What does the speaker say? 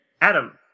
Adam